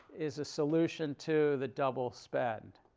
is a solution to the double spend.